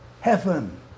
Heaven